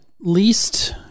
least